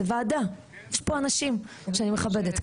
זאת ועדה ויש פה אנשים שאני מכבדת.